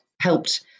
helped